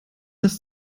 das